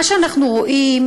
מה שאנחנו רואים,